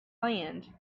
land